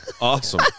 Awesome